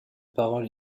parole